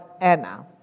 Anna